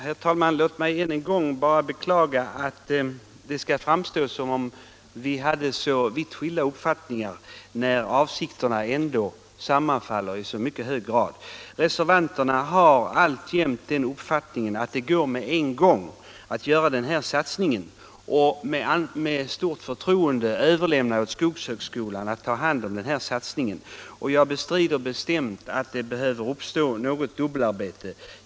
Herr talman! Låt mig bara än en gång beklaga att det skall framstå som om vi hade så vitt skilda uppfattningar när avsikterna ändå sammanfaller i så hög grad. Reservanterna har alltjämt den uppfattningen att det är möjligt att göra denna satsning-med en gång och överlämnar med stort förtroende åt skogshögskolan att genomföra detta. Jag bestrider bestämt att det behöver uppstå något dubbelarbete.